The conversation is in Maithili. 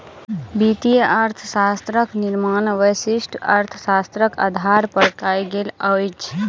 वित्तीय अर्थशास्त्रक निर्माण व्यष्टि अर्थशास्त्रक आधार पर कयल गेल अछि